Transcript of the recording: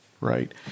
right